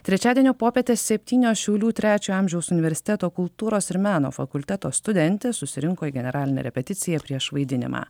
trečiadienio popietę septynios šiaulių trečio amžiaus universiteto kultūros ir meno fakulteto studentės susirinko į generalinę repeticiją prieš vaidinimą